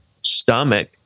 stomach